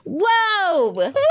Whoa